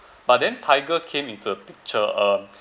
but then tiger came into the picture um